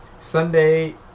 Sunday